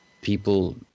people